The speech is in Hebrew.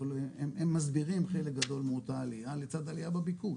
אבל הם מסבירים חלק גדול מאותה עליה לצד עליה בביקוש.